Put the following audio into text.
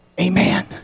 amen